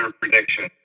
prediction